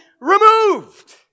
removed